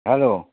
hello